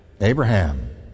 Abraham